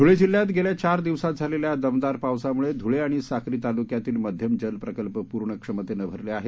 धूळे जिल्ह्यात गेल्या चार दिवसात झालेल्या दमदार पावसामुळे धुळे आणि साक्री तालुक्यातील मध्यम जल प्रकल्प पूर्ण क्षमतेने भरले आहेत